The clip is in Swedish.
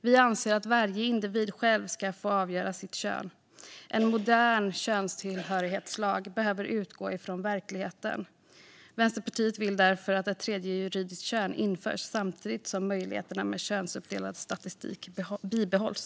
Vi anser att varje individ själv ska få avgöra sitt kön. En modern könstillhörighetslag behöver utgå från verkligheten. Vänsterpartiet vill därför att ett tredje juridiskt kön införs samtidigt som möjligheterna med könsuppdelad statistik bibehålls.